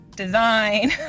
Design